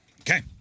Okay